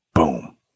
boom